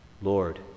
Lord